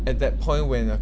at that point when uh